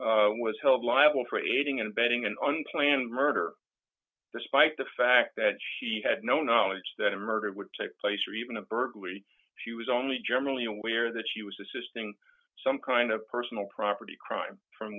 hamilton was held liable for aiding and abetting an unplanned murder despite the fact that she had no knowledge that a murder would take place or even a burglary she was only generally aware that she was assisting some kind of personal property crime from